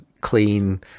clean